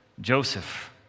Joseph